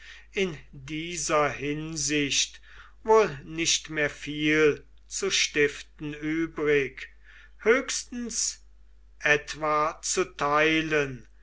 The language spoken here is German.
in dieser hinsicht wohl nicht mehr viel zu stiften übrig höchstens etwa zu teilen